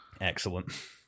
Excellent